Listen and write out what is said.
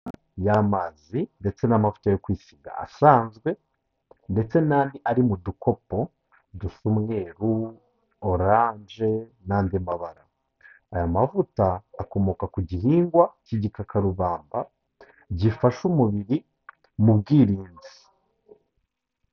y'amazi ndetse n'amavuto yo kwisiga asanzwe ndetse n'andi ari mu dukopo dusa umweru orange n'andi mabara aya mavuta akomoka ku gihingwa cy'igikakarubamba gifasha umubiri mu bwirinzi